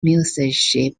musashi